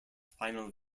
final